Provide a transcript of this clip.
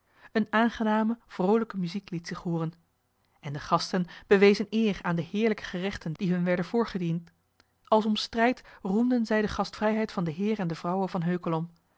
eene aangename vroolijke muziek liet zich hooren en de gasten bewezen eer aan de heerlijke gerechten die hun werden voorgediend als om strijd roemden zij de gastvrijheid van den heer en de vrouwe van heukelom